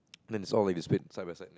then they sort of like displayed side by side